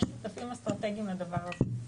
יש שותפים אסטרטגיים לדבר הזה,